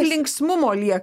linksmumo lieka